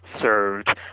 served